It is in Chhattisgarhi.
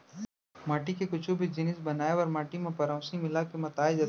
माटी के कुछु भी जिनिस बनाए बर माटी म पेरौंसी मिला के मताए जाथे